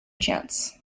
chants